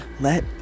Let